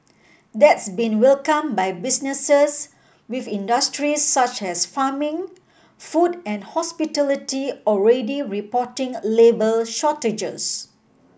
that's been welcome by businesses with industries such as farming food and hospitality already reporting labour shortages